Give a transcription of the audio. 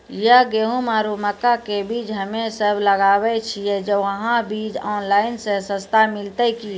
जे गेहूँ आरु मक्का के बीज हमे सब लगावे छिये वहा बीज ऑनलाइन मे सस्ता मिलते की?